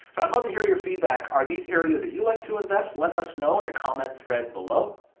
so i'd love to hear your feedback. are these areas that you like to invest? let us know and comment thread below.